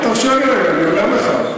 אבל תרשה לי רגע, אני עונה לך.